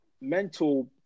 mental